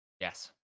Yes